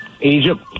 Egypt